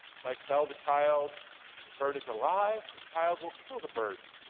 if i tell the child the bird is alive the child will kill the bird,